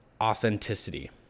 authenticity